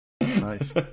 Nice